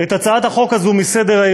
את הצעת החוק הזאת מסדר-היום,